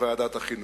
בוועדת החינוך.